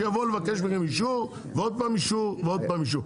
שיבואו לבקש מכם אישור ועוד פעם אישור ועוד פעם אישור.